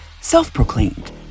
self-proclaimed